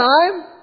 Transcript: time